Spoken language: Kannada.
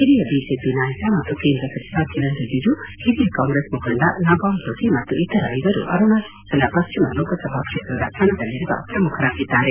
ಹಿರಿಯ ಬಿಜೆಪಿ ನಾಯಕ ಮತ್ತು ಕೇಂದ್ರ ಸಚಿವ ಕಿರಣ್ ರಿಜಿಜು ಹಿರಿಯ ಕಾಂಗ್ರೆಸ್ ಮುಖಂಡ ನಬಾಮ್ ತುಕಿ ಮತ್ತು ಇತರ ಐವರು ಅರುಣಾಚಲ ಪಶ್ಚಿಮ ಲೋಕಸಭಾ ಕ್ಷೇತ್ರದ ಕಣದಲ್ಲಿರುವ ಪ್ರಮುಖರಾಗಿದ್ದಾರೆ